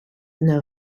know